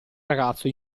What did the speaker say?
ragazzo